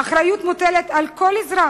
האחריות מוטלת על כל אזרח,